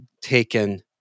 taken